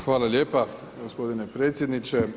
Hvala lijepa gospodine predsjedniče.